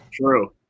True